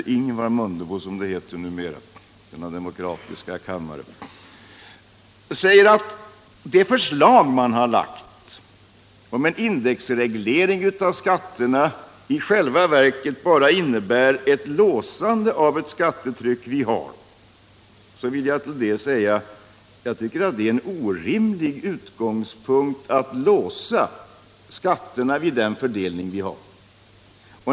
Ingemar Mundebo säger att det förslag man har lagt om en indexreglering av skatterna i själva verket bara innebär ett låsande av eu skattetryck vi har, men jag tycker det är en orimlig utgångspunkt att låsa skatterna vid den fördelning vi har.